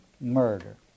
murder